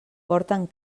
porten